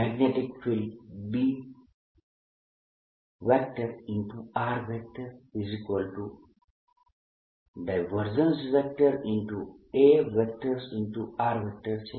magnetic field BA છે